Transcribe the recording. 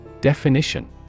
Definition